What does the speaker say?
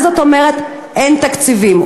מה זאת אומרת "אין תקציבים"?